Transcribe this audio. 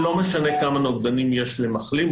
ברורה: לא משנה כמה נוגדנים יש למחלים,